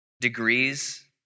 degrees